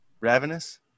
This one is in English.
ravenous